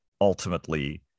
ultimately